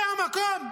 זה המקום?